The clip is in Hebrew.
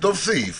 לכתוב סעיף